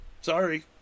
Sorry